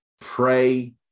pray